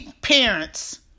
Parents